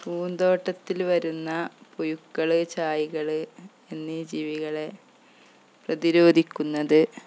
പൂന്തോട്ടത്തില് വരുന്ന പുഴുക്കള് ചാഴികള് എന്നീ ജീവികളെ പ്രതിരോധിക്കുന്നത്